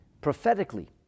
prophetically